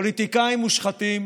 פוליטיקאים מושחתים